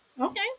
okay